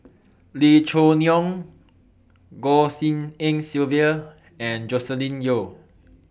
Lee Choo Neo Goh Tshin En Sylvia and Joscelin Yeo